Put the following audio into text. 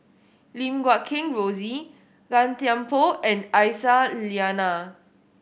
Lim Guat Kheng Rosie Gan Thiam Poh and Aisyah Lyana